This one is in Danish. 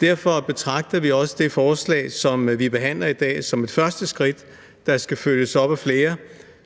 Derfor betragter vi også det forslag, som vi behandler i dag, som et første skridt, der skal følges af flere,